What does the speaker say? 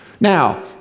Now